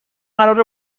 قراره